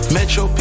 Metro